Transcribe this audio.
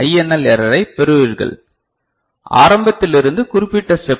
L எரரைப் பெறுவீர்கள் ஆரம்பத்தில் இருந்து குறிப்பிட்ட ஸ்டெப் வரை